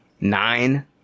Nine